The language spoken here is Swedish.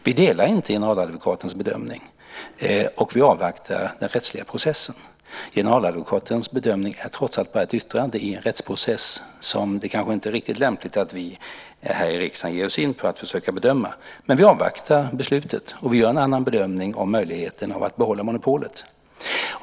Vi delar inte generaladvokatens bedömning, och vi avvaktar den rättsliga processen. Generaladvokatens bedömning är trots allt bara ett yttrande i en rättsprocess som det kanske inte är riktigt lämpligt att vi här i riksdagen ger oss in på att försöka bedöma. Så vi avvaktar beslutet, och vi gör en annan bedömning av möjligheten att behålla monopolet.